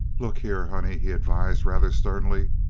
look here, honey, he advised rather sternly.